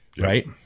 Right